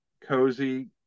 Cozy